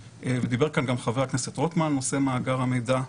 ודיבר על כך כאן גם חבר הכנסת רוטמן על נושא מאגר המידע,